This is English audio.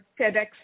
TEDx